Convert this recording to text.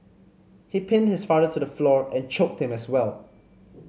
he pinned his father to the floor and choked him as well